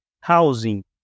housing